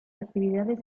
actividades